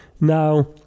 Now